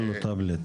38,